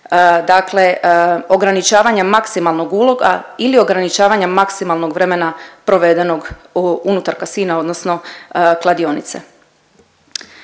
dakle ograničavanja maksimalnog uloga ili ograničavanja maksimalnog vremena provedenog unutar kasina odnosno kladionice.